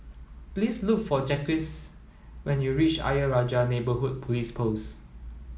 please look for Jacquez when you reach Ayer Rajah Neighbourhood Police Post